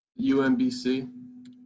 UMBC